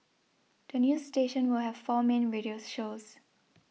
the new station will have four main radio shows